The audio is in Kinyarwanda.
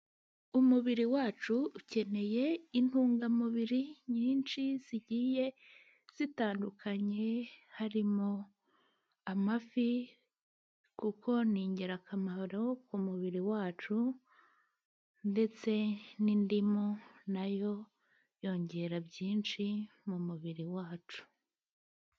Umubiri wacu ukeneye intungamubiri nyinshi zigiye zitandukanye, harimo amafi kuko ni ingirakamaro ku mubiri wacu, ndetse n'indimu na yo yongera byinshi mu mubiri wacu.